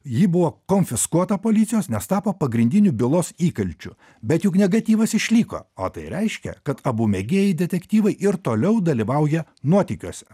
ji buvo konfiskuota policijos nes tapo pagrindiniu bylos įkalčiu bet juk negatyvas išliko o tai reiškia kad abu mėgėjai detektyvai ir toliau dalyvauja nuotykiuose